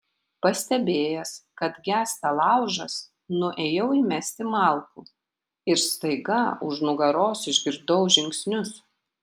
pastebėjęs kad gęsta laužas nuėjau įmesti malkų ir staiga už nugaros išgirdau žingsnius